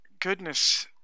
goodness